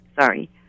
Sorry